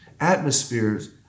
Atmospheres